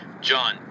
John